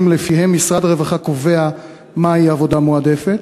שלפיהם משרד הרווחה קובע מהי עבודה מועדפת